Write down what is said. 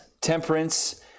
temperance